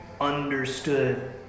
understood